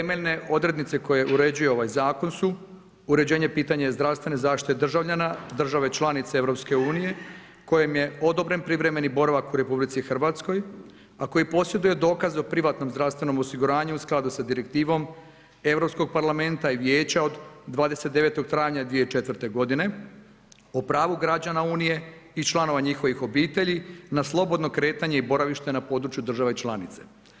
Temeljne odrednice koje uređuje ovaj zakon su uređenje pitanja zdravstvene zaštite državljana, države članice EU kojima je odobren privremeni boravak u Republici Hrvatskoj, a koji posjeduje dokaze o privatnom zdravstvenom osiguranju u skladu sa Direktivom Europskog parlamenta i Vijeća od 29. travnja 2004. godine o pravu građana Unije i članova njihovih obitelji na slobodno kretanje i boravište na području države članice.